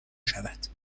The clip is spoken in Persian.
شود